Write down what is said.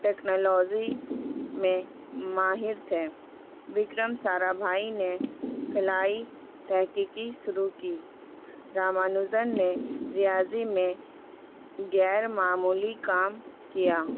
technology میں ماہر تھے وکرم سارا بھائی نے خلائی تحقیقی شروع کی رامانوجن نے ریاضی میں غیرمعمولی کام کیا